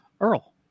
Earl